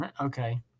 okay